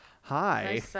Hi